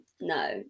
No